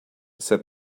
said